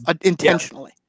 intentionally